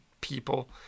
people